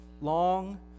long